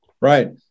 Right